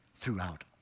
throughout